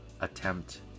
Attempt